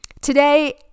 Today